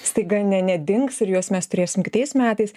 staiga ne nedings ir juos mes turėsim kitais metais